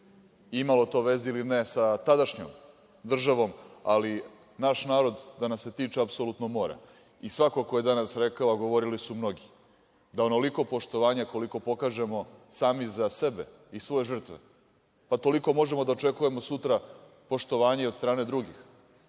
imalo to veze ili ne sa tadašnjom državom, ali naš narod da nas se tiče apsolutno mora. Svako ko je danas rekao, govorili su mnogi, da onoliko poštovanja koliko pokažemo sami za sebe i svoje žrtve, toliko možemo da očekujemo sutra poštovanja i od strane drugih.